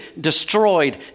destroyed